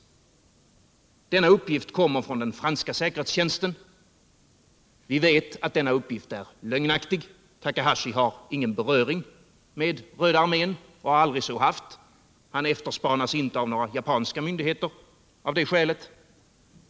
Denna uppgift kommer från den franska säkerhetstjänsten. Vi vet att uppgiften är lögnaktig. Takahashi har ingen beröring med Röda armén och har aldrig haft det. Han efterspanas inte av några japanska myndigheter av det skälet.